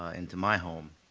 ah into my home.